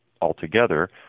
altogether